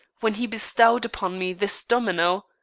when he bestowed upon me this domino.